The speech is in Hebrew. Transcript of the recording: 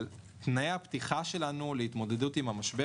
אבל תנאי הפתיחה שלנו להתמודדות עם המשבר